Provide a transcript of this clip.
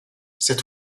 cet